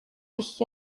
dich